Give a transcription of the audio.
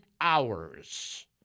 hours